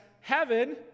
heaven